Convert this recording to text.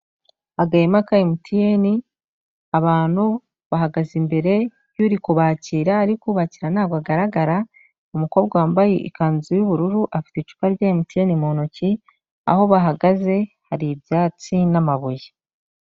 Agahema ka MTN, abantu bahagaze imbere y'uri kubakira ariko ubakira ntabwo agaragara, umukobwa wambaye ikanzu y'ubururu afite icupa rya MTN mu ntoki, aho bahagaze hari ibyatsi n'amabuye.